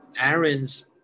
Aaron's